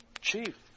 chief